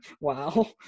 Wow